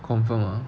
confirm ah